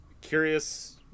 curious